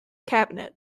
cabinet